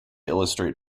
illustrate